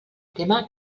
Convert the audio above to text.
tema